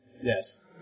Yes